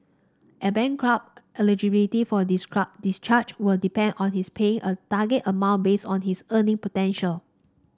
a bankrupt eligibility for discharge will depend on his paying a target amount based on his earning potential